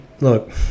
look